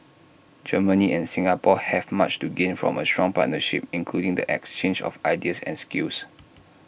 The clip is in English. Germany and Singapore have much to gain from A strong partnership including the exchange of ideas and skills